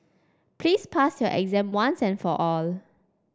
please pass your exam once and for all